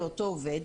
לאותו עובד,